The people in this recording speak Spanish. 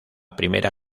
primera